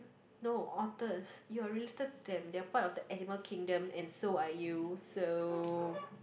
no otters you are related to them they're part of the animal kingdom and so are you so